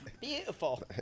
Beautiful